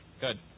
Good